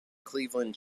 cleveland